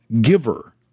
giver